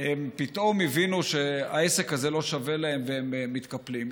פתאום הבינו שהעסק הזה לא שווה להם והם מתקפלים.